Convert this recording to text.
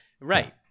Right